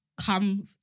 come